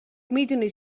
میدونی